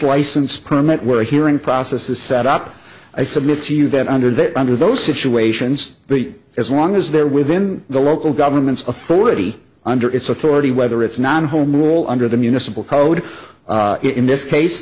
license permit we're hearing process is set up i submit to you that under that under those situations as long as they're within the local government's authority under its authority whether it's not a home rule under the municipal code in this case